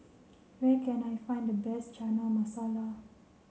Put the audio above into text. where can I find the best Chana Masala